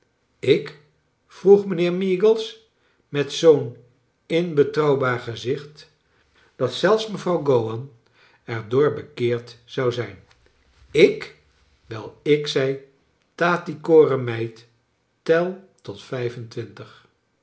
ik vroeg mijnheer meagles met zoo'n in betrouwbaar gezicht dat zelfs mevrouw go wan er door bekeerd zou zijn ik wel ik zei tatty coram meid tel tot vijfentwintig